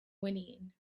whinnying